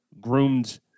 groomed